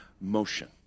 motion